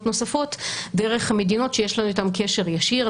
נוספות דרך מדינות שיש לנו איתן קשר ישיר,